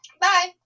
Bye